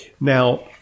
Now